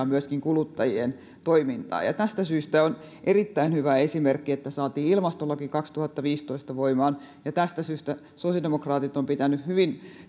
myöskin kuluttajien toimintaa tästä syystä on erittäin hyvä esimerkki että saatiin ilmastolaki voimaan kaksituhattaviisitoista ja tästä syystä sosiaalidemokraatit ovat pitäneet hyvin